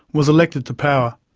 was elected to power.